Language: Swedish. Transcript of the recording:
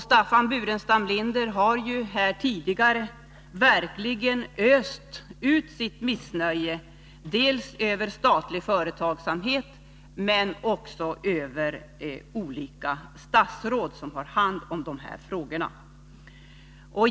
Staffan Burenstam Linder har här verkligen öst ut sitt missnöje dels över statlig företagsamhet, dels över olika statsråd som har hand om dessa frågor.